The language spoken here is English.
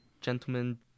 gentlemen